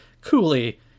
coolly